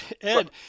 Ed